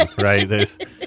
right